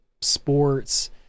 sports